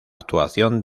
actuación